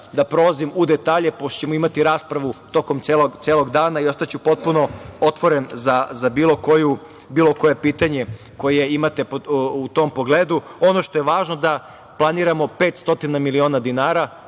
da prelazim u detalje, pošto ćemo imati raspravu tokom celog dana i ostaću potpuno otvoren za bilo koje pitanje koje imate u tom pogledu. Ono što je važno jeste da planiramo 500 miliona dinara